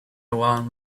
one